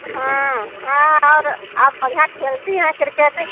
हाँ हाँ और आप बढ़ियाँ खेलती हैं क्रिकेट